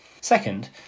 Second